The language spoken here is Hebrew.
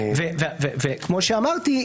כמו שאמרתי,